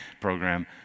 program